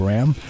Ram